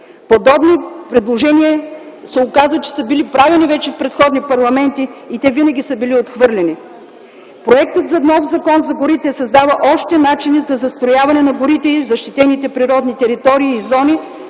Подобни предложения се оказа, че са били правени вече в предходни парламенти и те винаги са били отхвърляни. Проектът за нов Закон за горите създава още начини за застрояване на горите в защитените природни територии и зони